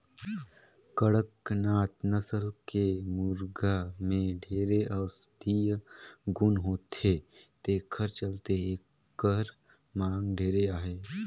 कड़कनाथ नसल के मुरगा में ढेरे औसधीय गुन होथे तेखर चलते एखर मांग ढेरे अहे